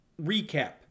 recap